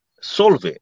solve